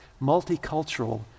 multicultural